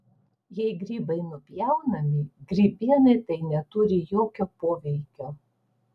jei grybai nupjaunami grybienai tai neturi jokio poveikio